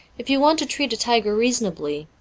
if you want to treat a tiger reasonably,